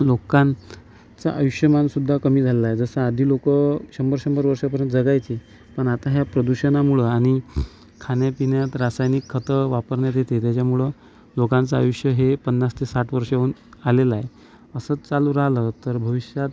लोकांचं आयुष्यमान सुद्धा कमी झालेलं आहे जसा आधी लोक शंभर शंभर वर्षापर्यंत जगायचे पण आता या प्रदूषणामुळं आणि खाण्यापिण्यात रासायनिक खतं वापरण्यात येते त्याच्यामुळं लोकांचं आयुष्य हे पन्नास ते साठ वर्षाहून आलेलं आहे असंच चालू राहिलं तर भविष्यात